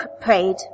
prayed